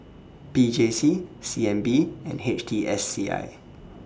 P J C C N B and H T S C I